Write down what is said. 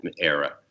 era